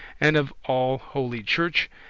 and of all holy church,